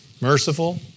Merciful